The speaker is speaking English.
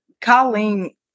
Colleen